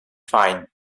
fine